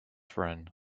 friend